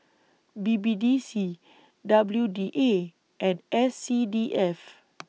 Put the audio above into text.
B B D C W D A and S C D F